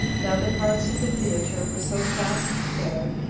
now the parts of the theater were so fastened together,